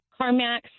Carmax